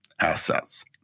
assets